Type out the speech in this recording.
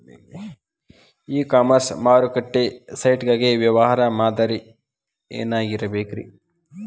E commerce ಮಾರುಕಟ್ಟೆ site ಗಾಗಿ ವ್ಯವಹಾರ ಮಾದರಿ ಏನಾಗಿರಬೇಕ್ರಿ?